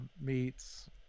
meets